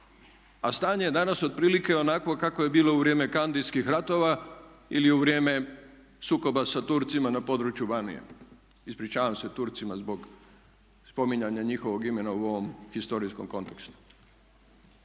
a stanje je danas otprilike onakvo kakvo je bilo u vrijeme kandijskih ratova ili u vrijeme sukoba sa Turcima na području Banije. Ispričavam se Turcima zbog spominjanja njihovog imena u ovom historijskom kontekstu,